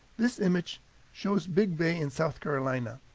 this image shows big bay in south carolina.